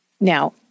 Now